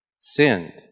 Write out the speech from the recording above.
Sinned